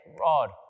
rod